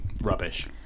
rubbish